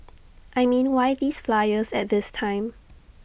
I mean why these flyers at this time